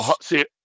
see